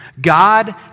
God